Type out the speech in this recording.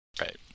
right